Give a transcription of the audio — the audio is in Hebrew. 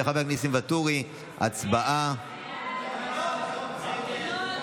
התשפ"ג 2023,